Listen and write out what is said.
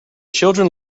children